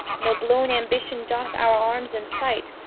no blown ambition doth our arms incite,